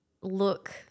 look